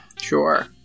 Sure